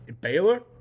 Baylor